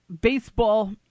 Baseball